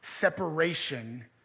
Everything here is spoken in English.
separation